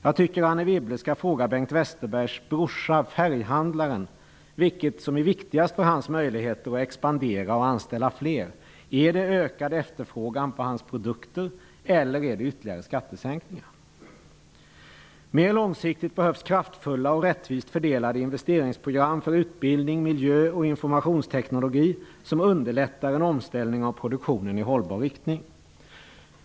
Jag tycker att Anne Wibble skall fråga Bengt Westerbergs brorsa, färghandlaren, vad som är viktigast för hans möjligheter att expandera och anställa flera: Är det ökad efterfrågan på hans produkter eller är det ytterligare skattesänkningar? Mer långsiktigt behövs kraftfulla och rättvist fördelade investeringsprogram för utbildning, miljö och informationsteknologi, som underlättar en omställning av produktionen i hållbar riktning.